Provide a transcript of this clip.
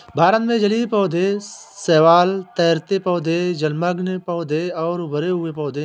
भारत में जलीय पौधे शैवाल, तैरते पौधे, जलमग्न पौधे और उभरे हुए पौधे हैं